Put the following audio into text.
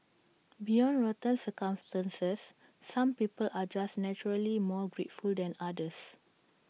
beyond rotten circumstances some people are just naturally more grateful than others